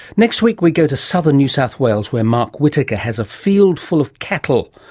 next week we go to southern new south wales where mark whittaker has a field full of cattle.